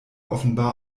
offenbar